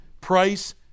price